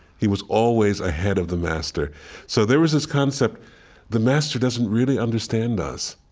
he was always ahead of the master so there was this concept the master doesn't really understand us.